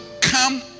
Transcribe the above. come